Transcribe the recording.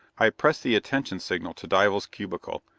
i pressed the attention signal to dival's cubicle,